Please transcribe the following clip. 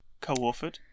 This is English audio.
co-authored